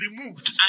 removed